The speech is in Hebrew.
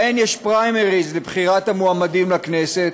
שבהן יש פריימריז לבחירת המועמדים לכנסת,